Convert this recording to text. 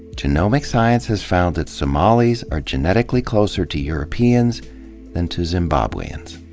genomic science has found that somalis are genetically closer to europeans than to zimbabweans.